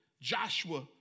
Joshua